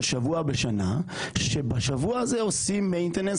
שבוע בשנה שבשבוע הזה עושים maintenance,